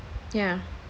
yeah